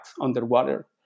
underwater